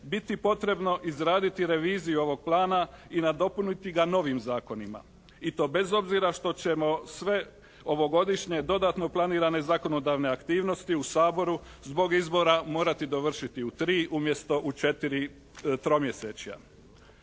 biti potrebno izraditi reviziju ovog plana i nadopuniti ga novim zakonima. I to bez obzira što ćemo sve ovogodišnje dodatno planirane zakonodavne aktivnosti u Saboru zbog izbora morati dovršiti u 3 umjesto u 4 tromjesječja.